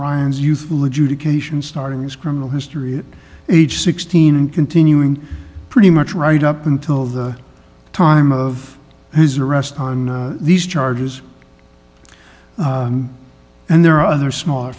ryan's youthful adjudication starting his criminal history age sixteen and continuing pretty much right up until the time of his arrest on these charges and there are other smaller